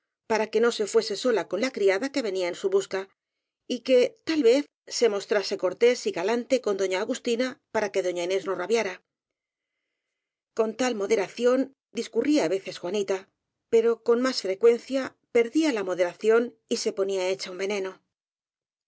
para que se fuese sola con la criada que venía en su busca y que tal vez se mostrase cor tés y galante con doña agustina para que doña inés no rabiara con tal moderación discurría á veces juanita pero con más frecuencia perdía la moderación y se ponía hecha un veneno